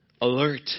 alert